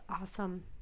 awesome